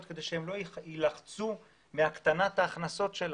כדי שהן לא יילחצו מהקטנת ההכנסות שלהן.